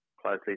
closely